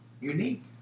unique